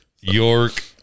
York